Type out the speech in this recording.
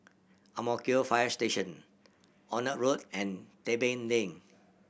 Ang Mo Kio Fire Station Onraet Road and Tebing Lane